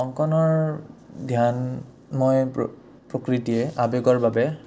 অংকনৰ ধ্যান মই প্ৰকৃতিয়ে আৱেগৰ বাবে